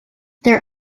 their